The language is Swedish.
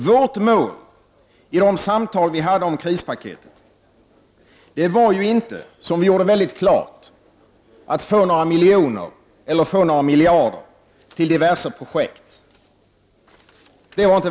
Vårt mål i de samtal som vi hade om krispaketet var inte — det gjorde vi mycket klart — att få några miljoner eller några miljarder till diverse projekt.